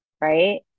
right